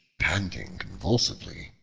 panting convulsively,